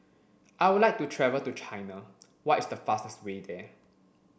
I would like to travel to China what is the fastest way there